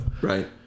Right